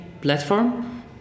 platform